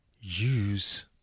use